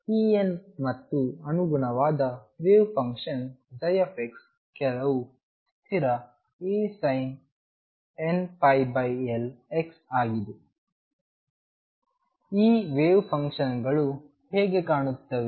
ಆದ್ದರಿಂದ En ಮತ್ತು ಅನುಗುಣವಾದ ವೇವ್ ಫಂಕ್ಷನ್ ψ ಕೆಲವು ಸ್ಥಿರ A sin nπL x ಆಗಿದೆ ಈ ವೇವ್ ಫಂಕ್ಷನ್ಗಳು ಹೇಗೆ ಕಾಣುತ್ತವೆ